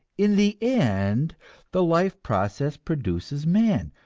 in the end the life process produces man,